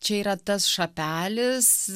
čia yra tas šapelis